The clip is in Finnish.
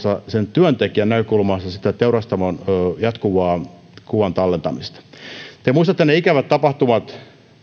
työntekijän näkökulmasta sitä teurastamon jatkuvaa kuvan tallentamista te muistatte ne ikävät tapahtumat